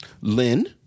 Lynn